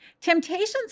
Temptations